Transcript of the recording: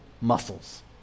muscles